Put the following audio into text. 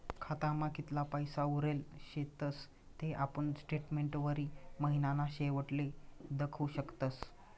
खातामा कितला पैसा उरेल शेतस ते आपुन स्टेटमेंटवरी महिनाना शेवटले दखु शकतस